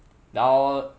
now